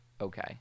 Okay